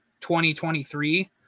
2023